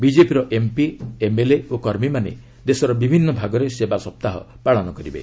ବିଜେପିର MP MLA ଓ କର୍ମୀମାନେ ଦେଶର ବିଭିନ୍ନ ଭାଗରେ ସେବା ସପ୍ତାହ ପାଳନ କରିବେ